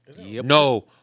No